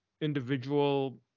individual